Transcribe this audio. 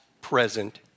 present